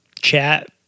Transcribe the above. chat